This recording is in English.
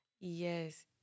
Yes